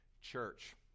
church